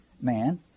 man